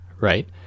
right